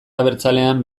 abertzalean